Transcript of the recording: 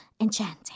enchanting